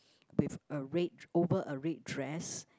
with a red over a red dress